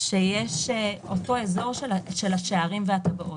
באזור של השערים והטבעות.